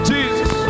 Jesus